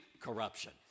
corruption